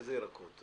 איזה יקרות?